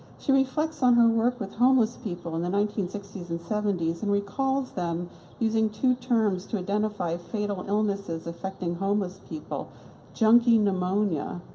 she reflects on her work with homeless people in the nineteen sixty s and seventy s, and recalls them using two terms to identify fatal illnesses affecting homeless people junkie pneumonia,